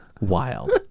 wild